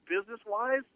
business-wise